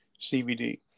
CBD